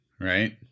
right